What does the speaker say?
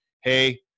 hey